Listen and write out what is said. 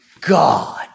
God